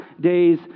days